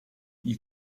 you